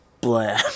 blah